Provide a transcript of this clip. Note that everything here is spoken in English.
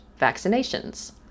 Vaccinations